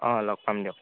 অঁ লগ পাম দিয়ক